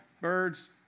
birds